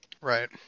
Right